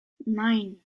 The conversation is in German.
nein